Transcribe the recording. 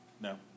No